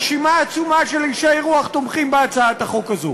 רשימה ארוכה של אישי רוח תומכים בהצעת החוק הזאת.